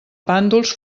pàndols